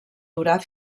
durar